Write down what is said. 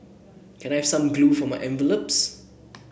can I have some glue for my envelopes